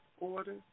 order